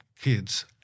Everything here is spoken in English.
kids